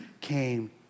came